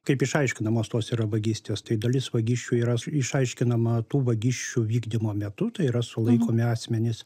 kaip išaiškinamos tos yra vagystės tai dalis vagysčių yra išaiškinama tų vagysčių vykdymo metu tai yra sulaikomi asmenys